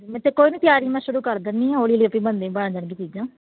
ਤੇ ਕੋਈ ਨਹੀਂ ਤਿਆਰੀ ਮੈਂ ਸ਼ੁਰੂ ਕਰ ਦਿੰਦੀ ਹਾਂ ਹੌਲੀ ਹੌਲੀ ਆਪੇ ਬਣ ਬਣ ਜਾਣਗੀਆਂ ਚੀਜ਼ਾਂ